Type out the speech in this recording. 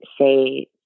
say